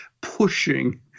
pushing